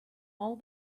all